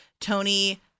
Tony